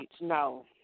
no